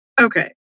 Okay